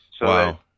Wow